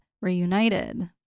Reunited